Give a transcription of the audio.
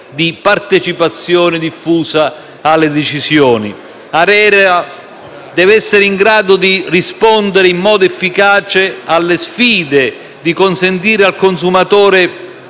di partecipazione diffusa alle decisioni. L'ARERA deve essere in grado di rispondere in modo efficace alle sfide, di consentire al consumatore